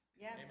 Yes